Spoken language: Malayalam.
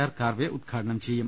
ആർ കാർവെ ഉദ്ഘാടനം ചെയ്യും